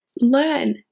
learn